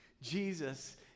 Jesus